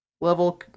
level